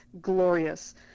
glorious